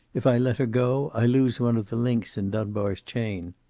if i let her go, i lose one of the links in dunbar's chain.